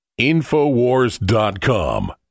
InfoWars.com